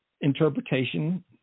interpretation